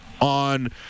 on